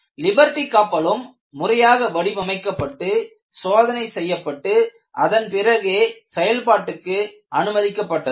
Liberty கப்பலும் முறையாக வடிவமைக்கப்பட்டு சோதனை செய்யப்பட்டு அதன்பிறகே செயல்பாட்டுக்கு அனுமதிக்கப்பட்டது